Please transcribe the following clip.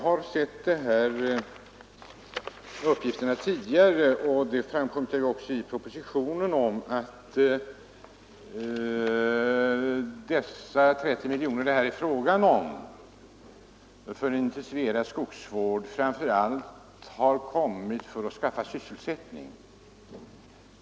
Herr talman! Jag har tidigare sett uppgifter om — det framkommer också i propositionen — att de 30 miljoner kronor det här är fråga om för intensifierad skogsvård framför allt har tagits fram för att skapa sysselsättning.